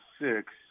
six